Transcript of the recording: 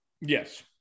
Yes